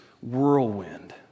whirlwind